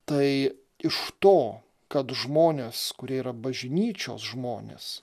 tai iš to kad žmonės kurie yra bažnyčios žmonės